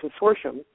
consortium